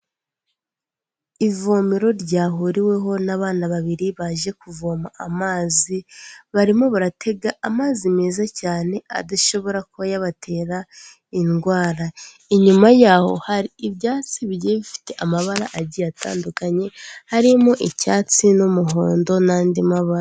Ivomero ryahuriweho n'abana babiri baje kuvoma amazi barimo baratega amazi meza cyane adashobora kuba yabatera indwara, inyuma yaho hari ibyatsi bigiye bifite amabara agiye atandukanye harimo icyatsi n'umuhondo n'andi mabara.